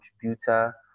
contributor